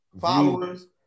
followers